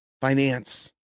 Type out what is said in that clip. finance